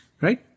right